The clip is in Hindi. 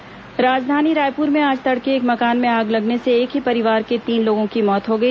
आगजनी मौत राजधानी रायपुर में आज तड़के एक मकान में आग लगने से एक ही परिवार के तीन लोगों की मौत हो गई